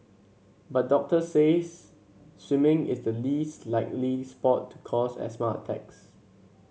but doctors says swimming is the least likely sport to cause asthma attacks